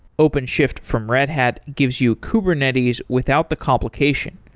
openshift from red hat gives you kubernetes without the complication.